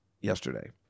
yesterday